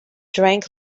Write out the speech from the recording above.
drank